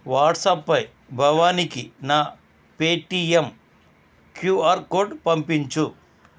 వాట్సాప్పై భవానీకి నా Paytm QR code పంపించు